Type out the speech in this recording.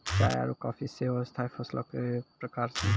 चाय आरु काफी सेहो स्थाई फसलो के प्रकार छै